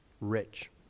Rich